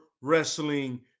wrestling